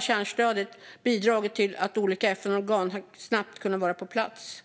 Kärnstödet har bidragit till att olika FN-organ snabbt kunnat vara på plats.